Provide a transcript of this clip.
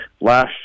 last